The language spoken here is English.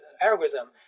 algorithm